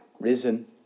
risen